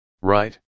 Right